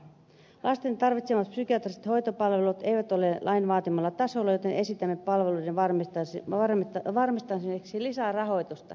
lasten tarvitsemat psykiatriset hoitopalvelut eivät ole lain vaatimalla tasolla joten esitämme palveluiden varmistamiseksi lisärahoitusta